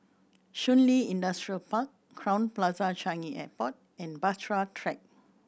Shun Li Industrial Park Crowne Plaza Changi Airport and Bahtera Track